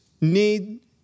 need